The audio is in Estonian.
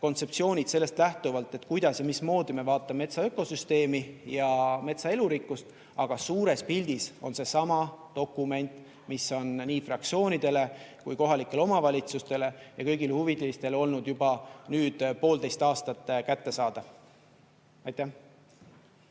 kontseptsioonid sellest lähtuvalt, kuidas ja mismoodi me vaatame metsa ökosüsteemi ja metsa elurikkust. Aga suures pildis on see sama dokument, mis on nii fraktsioonidele kui ka kohalikele omavalitsustele ja kõigile huvilistele olnud nüüd juba poolteist aastat kättesaadav. Aitäh!